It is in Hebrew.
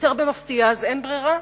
אתם יודעים, אז אין ברירה,